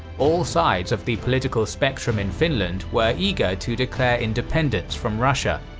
all sides of the political spectrum in finland were eager to declare independence from russia,